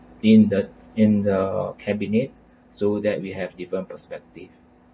in the in the cabinet so that we have different perspective